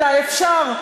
אלא אפשר,